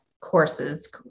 courses